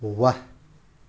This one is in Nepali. वाह